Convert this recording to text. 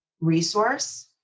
resource